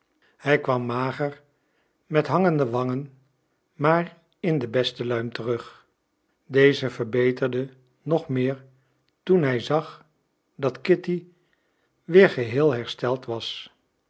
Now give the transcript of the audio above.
hij kwam mager met hangende wangen maar in de beste luim terug deze verbeterde nog meer toen hij zag dat kitty weer geheel hersteld was